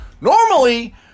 Normally